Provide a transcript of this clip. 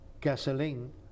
gasoline